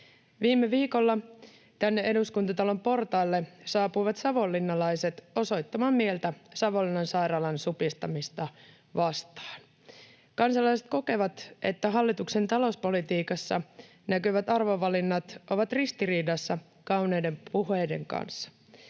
Viime viikolla tänne Eduskuntatalon portaille saapuivat savonlinnalaiset osoittamaan mieltä Savonlinnan sairaalan supistamista vastaan. Kansalaiset kokevat, että hallituksen talouspolitiikassa näkyvät arvovalinnat ovat ristiriidassa kauniiden puheiden kanssa.